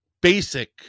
basic